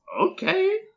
Okay